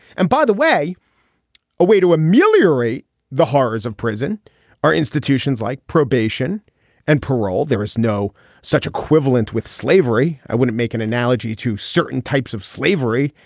and by the way a way to ameliorate the horrors of prison are institutions like probation and parole. there is no such equivalent with slavery. i wouldn't make an analogy to certain types of slavery.